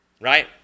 right